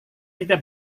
tidak